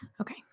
Okay